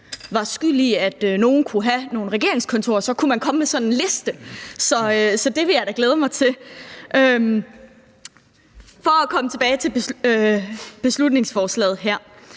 var skyld i, at nogle kunne have nogle regeringskontorer, kunne man komme med sådan en liste. Så det vil jeg da glæde mig til. For at komme tilbage til beslutningsforslaget her